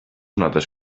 notes